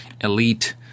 elite